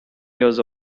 years